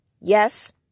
yes